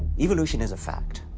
evolution is a fact.